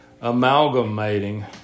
amalgamating